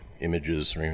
images